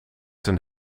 zijn